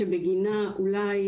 שבגינה אולי